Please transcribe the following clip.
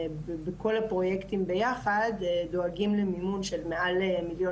בכל הפרויקטים ביחד דואגים למימון של מעל מיליון